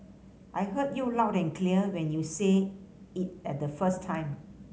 I heard you loud and clear when you said it at the first time